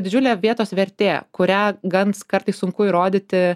didžiulė vietos vertė kurią gans kartais sunku įrodyti